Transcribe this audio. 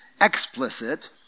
explicit